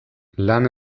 lan